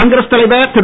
காங்கிரஸ் தலைவர் திரு